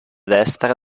destra